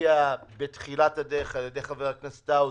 שמופיע בתחילת הדרך על ידי חבר הכנסת האוזר,